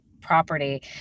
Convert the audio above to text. property